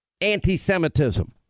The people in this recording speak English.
anti-Semitism